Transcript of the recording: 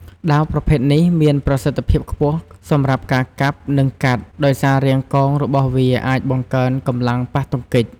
ដាវប្រភេទនេះមានប្រសិទ្ធភាពខ្ពស់សម្រាប់ការកាប់ និងកាត់ ដោយសាររាងកោងរបស់វាអាចបង្កើនកម្លាំងប៉ះទង្គិច។